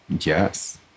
Yes